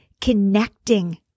connecting